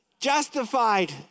Justified